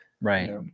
right